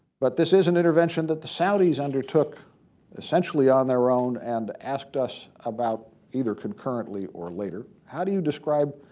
but this is an intervention that the saudis undertook essentially on their own and asked us about either concurrently or later. how do you describe,